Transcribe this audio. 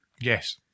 Yes